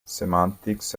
semantics